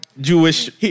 Jewish